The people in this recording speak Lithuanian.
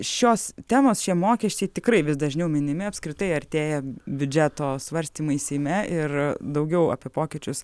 šios temos šie mokesčiai tikrai vis dažniau minimi apskritai artėja biudžeto svarstymai seime ir daugiau apie pokyčius